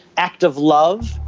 act of love.